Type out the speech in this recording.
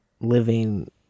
living